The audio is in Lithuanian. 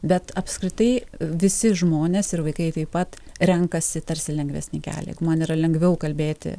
bet apskritai visi žmonės ir vaikai taip pat renkasi tarsi lengvesnį kelią jeigu man yra lengviau kalbėti